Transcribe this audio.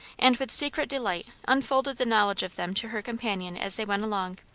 and with secret delight unfolded the knowledge of them to her companion as they went along.